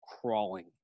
crawling